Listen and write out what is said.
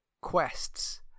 quests